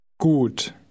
Gut